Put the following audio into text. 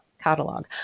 catalog